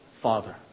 Father